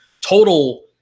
total